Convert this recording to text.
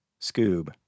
Scoob